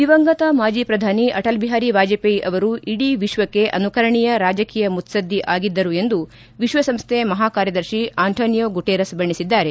ದಿವಂಗತ ಮಾಜಿ ಪ್ರಧಾನಿ ಅಟಲ್ ಬಿಹಾರಿ ವಾಜಪೇಯಿ ಅವರು ಇಡೀ ವಿಶ್ವಕ್ಷೆ ಅನುಕರಣೀಯ ರಾಜಕೀಯ ಮುತ್ತದ್ದಿ ಆಗಿದ್ದರೂ ಎಂದು ವಿಶ್ವಸಂಸ್ಥೆ ಮಹಾಕಾರ್ಯದರ್ಶಿ ಆಂಟಾನಿಯೊ ಗುಟೆರಸ್ ಬಣ್ಣೆಸಿದ್ದಾರೆ